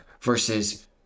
versus